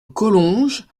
collonges